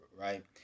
right